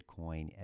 Bitcoin